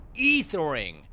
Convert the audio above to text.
ethering